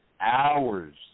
hours